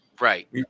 right